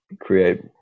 create